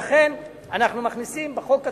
ולכן אנחנו מכניסים בחוק עצמו,